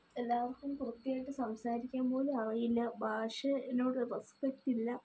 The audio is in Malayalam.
എല്ലാവർക്കും കൃത്യമായിട്ട് സംസാരിക്കാൻ പോലും അറിയില്ല ഭാഷേനോടൊരു റെസ്പെക്ട് ഇല്ല